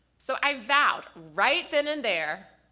so i vowed right then and there,